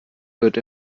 wird